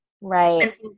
Right